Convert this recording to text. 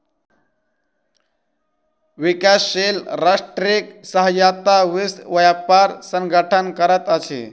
विकासशील राष्ट्रक सहायता विश्व व्यापार संगठन करैत अछि